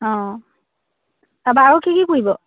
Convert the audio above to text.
অঁ তাৰপৰা আৰু কি কি পুৰিব